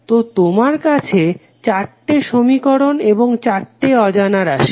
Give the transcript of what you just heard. তো তোমার আছে চারটে সমীকরণ এবং চারটে অজানা রাশি